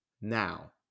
Now